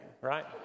right